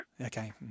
Okay